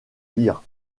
lire